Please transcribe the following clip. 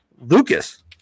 Lucas